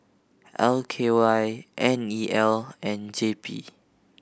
L K Y N E L and J P